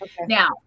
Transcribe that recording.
Now